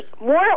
More